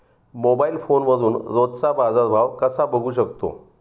Mobile फोनवरून रोजचा बाजारभाव कसा बघू शकतो?